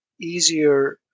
easier